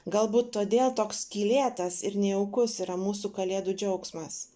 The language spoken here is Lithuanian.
galbūt todėl toks skylėtas ir nejaukus yra mūsų kalėdų džiaugsmas